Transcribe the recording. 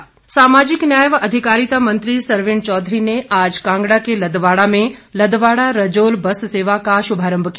सरवीण चौधरी सामाजिक न्याय व अधिकारिता मंत्री सरवीण चौधरी ने आज कांगड़ा के लदवाड़ा में लदवाड़ा रजोल बस सेवा का शुभारम्भ किया